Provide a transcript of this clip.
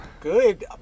Good